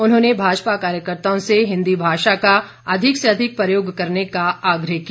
उन्होंने भाजपा कार्यकर्ताओं से हिन्दी भाषा का अधिक से अधिक प्रयोग करने का आग्रह किया